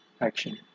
action